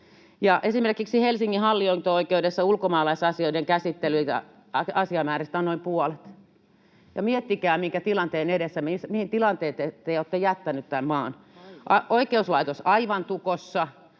Esimerkiksi Helsingin hallinto-oikeudessa ulkomaalaisasioiden käsittelyjä asiamääristä on noin puolet. Ja miettikää, mihin tilanteeseen te olette jättäneet tämän maan: oikeuslaitos aivan tukossa,